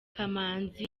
kamanzi